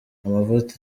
amavuta